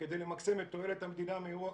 כדי למקסם את תועלת המדינה מאירוח.